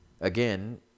again